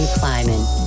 climbing